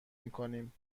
میکنیم